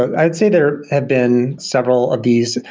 i'd say there have been several of these.